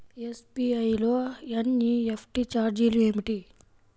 SBI లో NEFT ఛార్జీలు ఏమిటి?